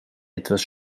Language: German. etwas